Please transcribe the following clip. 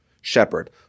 shepherd